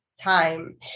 time